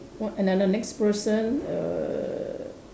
what another next person err